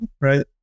right